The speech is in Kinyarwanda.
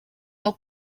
nko